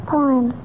Poem